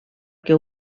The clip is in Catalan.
que